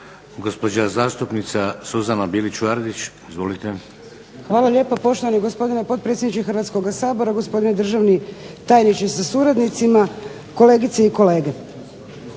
Gospođa zastupnica Suzana Bilić VArdić. Izvolite. **Bilić Vardić, Suzana (HDZ)** Hvala lijepo poštovani gospodine potpredsjedniče Hrvatskoga sabora, gospodine državni tajniče sa suradnicima, kolegice i kolege.